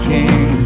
King